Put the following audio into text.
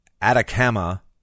Atacama